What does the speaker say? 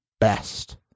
best